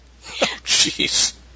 Jeez